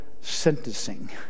sentencing